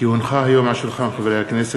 כי הונחו היום על שולחן הכנסת,